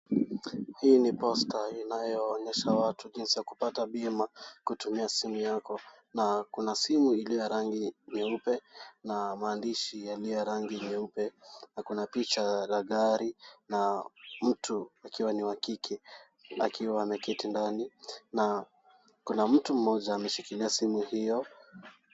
Hii ni poster inayoonyesha watu jinsi ya kupata bima kutumia simu yako, na kuna simu iliyo rangi nyeupe na maandishi yaliyo rangi nyeupe, na kuna picha za gari na mtu akiwa ni wa kike akiwa ameketi ndani na kuna mtu mmoja amesikilia simu hiyo